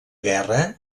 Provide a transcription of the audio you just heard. guerra